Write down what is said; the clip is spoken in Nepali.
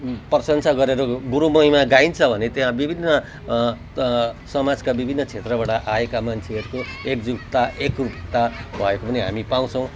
प्रशंसा गरेर गुरु महिमा गाइन्छ भने त्यहाँ विभिन्न समाजका विभिन्न क्षेत्रबाट आएका मान्छेहरूको एकजुटता एकरूपता भएको पनि हामी पाउँछौँ